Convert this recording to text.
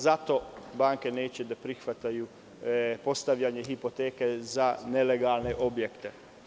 Zato banke neće da prihvate postavljanje hipoteke za nelegalne objekte.